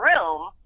room